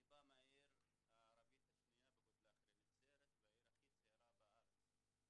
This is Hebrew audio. אני בא מהעיר הערבית השנייה בגודלה אחרי נצרת והעיר הכי צעירה בארץ.